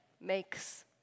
makes